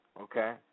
okay